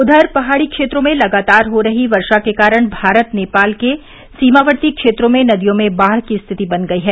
उधर पहाड़ी क्षेत्रों में लगातार हो रही वर्षा के कारण भारत नेपाल के सीमावर्ती क्षेत्रों में नदियों में बाढ़ की स्थिति बन गई है